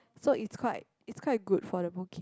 so it's quite it's quite good for the mooncake